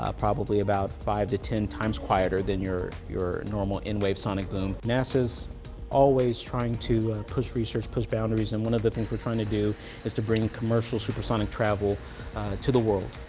ah probably about five to ten times quieter than that your normal n-wave sonic boom. nasa's always trying to push research, push boundaries, and one of the things we're trying to do is to bring commercial supersonic travel to the world.